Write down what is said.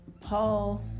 Paul